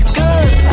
good